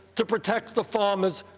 to protect the farmers,